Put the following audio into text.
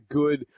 good